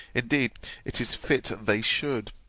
indeed, it is fit they should.